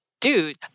dude